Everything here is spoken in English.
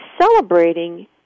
celebrating